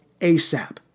ASAP